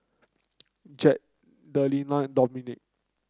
Jett Delina and Dominque